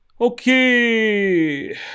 Okay